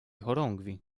chorągwi